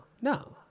no